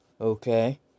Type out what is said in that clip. okay